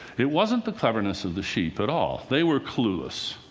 it wasn't the cleverness of the sheep at all. they were clueless.